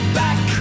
back